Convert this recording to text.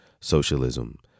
socialism